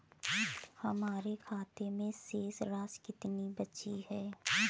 हमारे खाते में शेष राशि कितनी बची है?